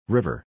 River